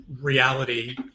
reality